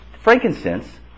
Frankincense